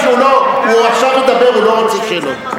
השר מדבר, הוא לא רוצה שאלות.